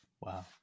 Wow